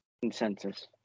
consensus